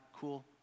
cool